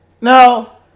Now